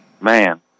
Man